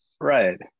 Right